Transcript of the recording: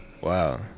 wow